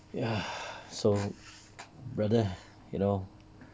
ya so brother you know